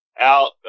out